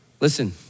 Listen